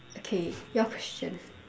okay your question